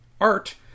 art